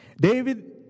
David